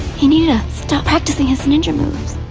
he needs to stop practicing his ninja moves.